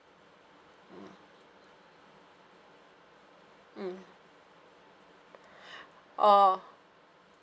mm oh